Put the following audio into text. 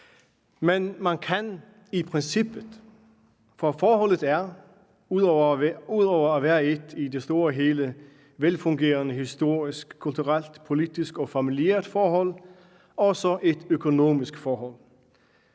Men man kan i princippet, for forholdet er ud over at være et i det store hele velfungerende historisk, kulturelt, politisk og familiært forhold også et økonomisk forhold.